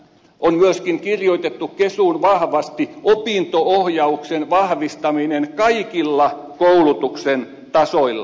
on myöskin kirjoitettu kesuun vahvasti opinto ohjauksen vahvistaminen kaikilla koulutuksen tasoilla